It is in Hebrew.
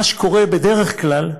מה שקורה בדרך כלל,